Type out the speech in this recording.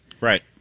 Right